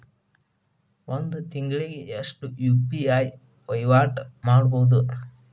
ಒಂದ್ ತಿಂಗಳಿಗೆ ಎಷ್ಟ ಯು.ಪಿ.ಐ ವಹಿವಾಟ ಮಾಡಬೋದು?